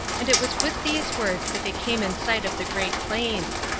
and it was with these words that they came in sight of the great plains.